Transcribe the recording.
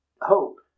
hope